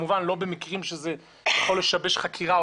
כמובן לא במקרים שזה יכול לשבש חקירה,